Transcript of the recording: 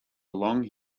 long